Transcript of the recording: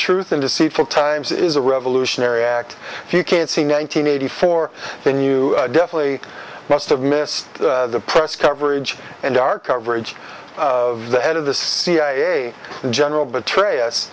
truth in deceitful times is a revolutionary act if you can't see nine hundred eighty four then you definitely must have missed the press coverage and our coverage of the head of the cia general betray us